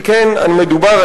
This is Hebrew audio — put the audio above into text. שכן מדובר,